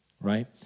right